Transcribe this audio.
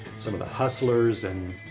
some of the hustlers, and